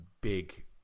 big